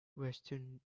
western